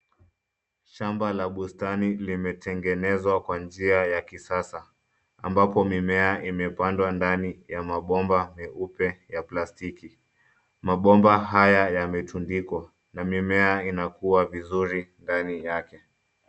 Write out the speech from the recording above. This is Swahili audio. Shamba la bustani limetengenezwa kwa njia ya kisasa, ambapo mimea imepandwa ndani ya mabomba meupe ya plastiki. Mabomba haya yametundikwa, na mimea inakuwa vizuri ndani yake.